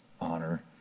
honor